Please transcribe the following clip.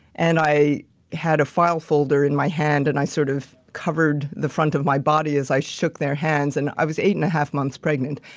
and i had a file folder in my hand and i sort of covered the front of my body as i shook their hands and i was eight and a half months pregnant.